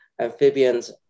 amphibians